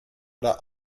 oder